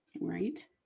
Right